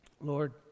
Lord